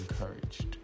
encouraged